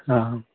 ആ